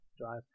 drive